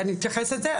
אני אתייחס לזה.